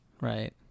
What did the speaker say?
Right